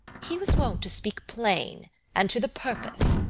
he was wont to speak plain and to the purpose,